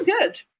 good